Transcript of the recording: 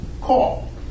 call